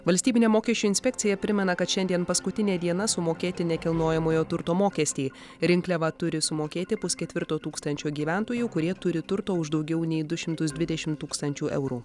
valstybinė mokesčių inspekcija primena kad šiandien paskutinė diena sumokėti nekilnojamojo turto mokestį rinkliavą turi sumokėti pusketvirto tūkstančio gyventojų kurie turi turto už daugiau nei du šimtus dvidešim tūkstančių eurų